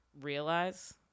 realize